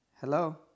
Hello